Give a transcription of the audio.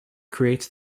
creates